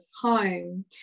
home